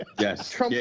Yes